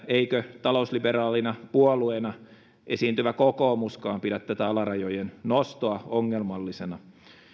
eikö talousliberaalina puolueena esiintyvä kokoomuskaan pidä tätä alarajojen nostoa ongelmallisena